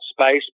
space